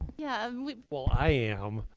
yeah. well, i am.